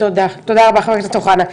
תודה רבה, חבר הכנסת אוחנה.